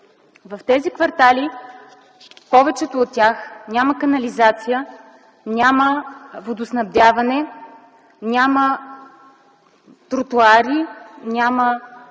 В тези квартали, в повечето от тях, няма канализация, няма водоснабдяване, няма тротоари, няма